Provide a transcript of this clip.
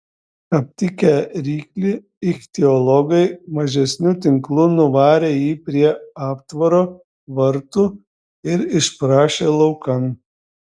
aptikę ryklį ichtiologai mažesniu tinklu nuvarė jį prie aptvaro vartų ir išprašė laukan